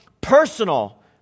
personal